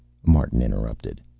martin interrupted.